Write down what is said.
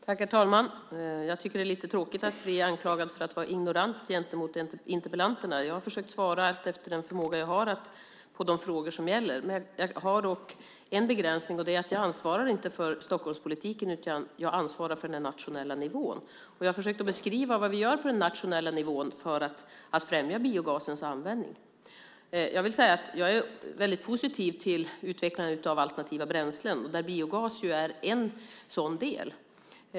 Herr talman! Jag tycker att det är lite tråkigt att bli anklagad för att vara ignorant gentemot interpellanterna. Jag har försökt svara efter den förmågan jag har på de frågor som ställts. Jag har dock en begränsning, och det är att jag inte ansvarar för Stockholmspolitiken, utan jag ansvarar för den nationella nivån. Jag har försökt att beskriva vad vi gör på den nationella nivån för att främja biogasens användning. Jag är väldigt positiv till utvecklandet av alternativa bränslen, och biogasen är en sådan del.